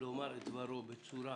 לומר את דברו בצורה